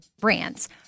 brands